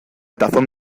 tazón